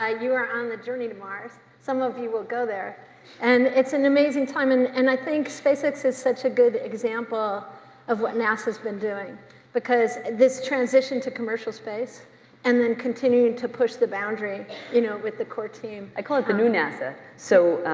ah you are on the journey to mars. some of you will go there and it's an amazing time and and i think spacex is such a good example of what nasa's been doing because this transition to commercial space and then continuing to push the boundary you know with the core team. i call it the new nasa. so,